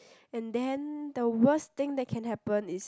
and then the worst thing that can happen is